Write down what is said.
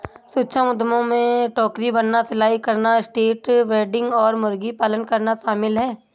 सूक्ष्म उद्यमों में टोकरी बनाना, सिलाई करना, स्ट्रीट वेंडिंग और मुर्गी पालन करना शामिल है